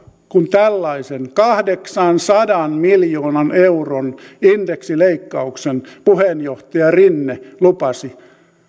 kun tällaisen kahdeksansadan miljoonan euron indeksileikkauksen puheenjohtaja rinne lupasi